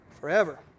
Forever